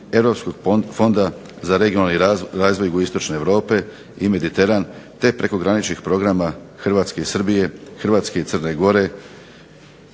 Europskog fonda za regionalni razvoj Jugoistočne Europe i Mediteran te prekograničnih programa Hrvatske i Srbije, Hrvatske i Crne Gore,